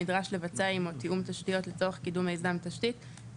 נדרש לבצע עמו תיאום תשתיות לצורך קיום מיזם או תשתית,